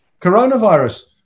coronavirus